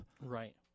Right